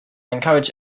encourage